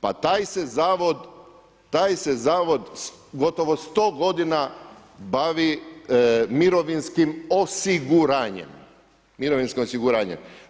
Pa taj se Zavod, taj se Zavod gotovo 100 godina bavi mirovinskim osiguranjem, mirovinskim osiguranjem.